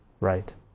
right